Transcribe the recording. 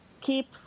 keep